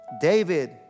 David